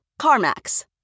CarMax